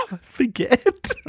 forget